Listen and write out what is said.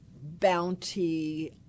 bounty